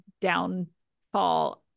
downfall